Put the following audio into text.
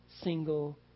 single